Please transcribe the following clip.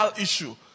issue